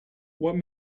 what